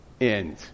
end